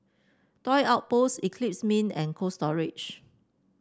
Toy Outpost Eclipse Mint and Cold Storage